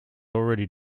already